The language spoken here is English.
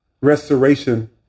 restoration